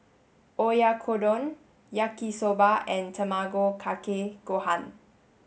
Oyakodon Yaki Soba and Tamago Kake Gohan